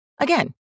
Again